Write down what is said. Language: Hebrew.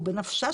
בנפשנו.